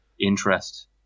interest